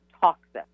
toxic